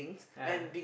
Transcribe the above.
ah